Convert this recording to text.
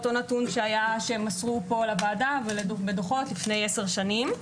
אותו נתון שמסרו לוועדה בדוחות לפני עשר שנים.